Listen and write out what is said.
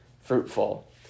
fruitful